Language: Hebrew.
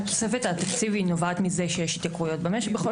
תוספת התקציב נובעת מזה שיש התייקרויות במשק.